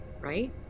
right